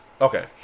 Okay